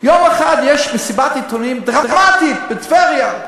יום אחד יש מסיבת עיתונאים דרמטית בטבריה,